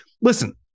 Listen